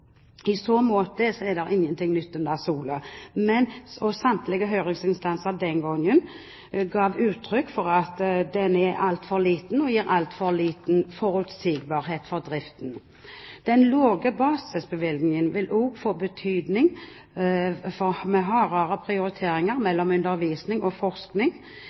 I så måte er det intet nytt under solen. Samtlige høringsinstanser ga den gangen uttrykk for at denne er for lav, og at den gir for liten forutsigbarhet for driften. Den lave basisbevilgningen vil også bety hardere prioriteringer mellom undervisning og forskning, dette for så vidt helt uavhengig av hvorvidt institusjonene deltar i internasjonale og